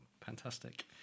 Fantastic